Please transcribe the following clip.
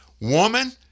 woman